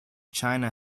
china